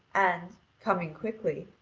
and, coming quickly,